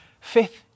Fifth